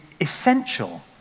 essential